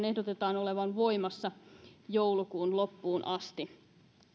ehdotetaan olevan voimassa joulukuun loppuun asti